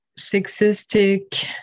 sexistic